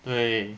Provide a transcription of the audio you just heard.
对